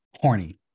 horny